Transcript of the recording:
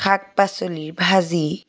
শাক পাচলিৰ ভাজি